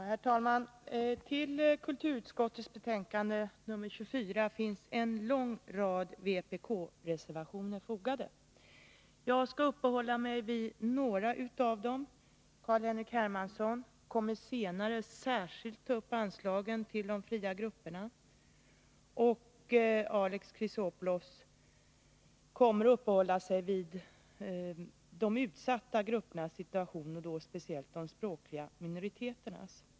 Herr talman! Till kulturutskottets betänkande 24 finns en lång rad vpk-reservationer fogade. Jag skall uppehålla mig vid några av dem. Carl-Henrik Hermansson kommer senare att särskilt ta upp anslagen till de fria grupperna, och Alexander Chrisopoulos kommer att uppehålla sig vid de utsatta gruppernas situation, speciellt de språkliga minoriteternas.